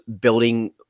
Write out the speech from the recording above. building